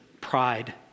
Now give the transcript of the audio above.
pride